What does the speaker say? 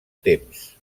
temps